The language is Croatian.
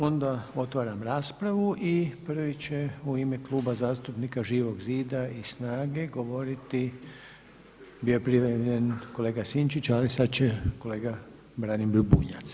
Onda otvaram raspravu i prvi će u ime Kluba zastupnika Živog zida i SNAGA-e govoriti bio je prijavljen kolega Sinčić, ali sad će kolega Branimir Bunjac.